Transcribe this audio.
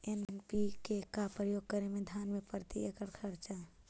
NPK का प्रयोग करे मे धान मे प्रती एकड़ खर्चा?